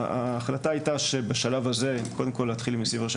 ההחלטה הייתה שבשלב הזה קודם כל להתחיל עם נשיאים וראשי